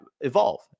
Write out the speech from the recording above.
Evolve